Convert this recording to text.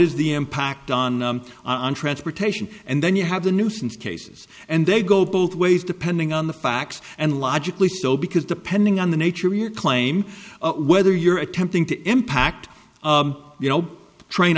is the impact on on transportation and then you have the nuisance cases and they go both ways depending on the facts and logically so because depending on the nature of your claim whether you're attempting to impact you know train